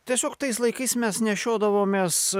tiesiog tais laikais mes nešiodavomės